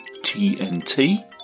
TNT